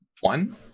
one